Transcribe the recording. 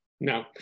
No